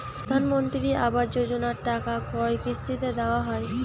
প্রধানমন্ত্রী আবাস যোজনার টাকা কয় কিস্তিতে দেওয়া হয়?